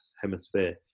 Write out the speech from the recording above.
hemisphere